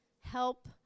help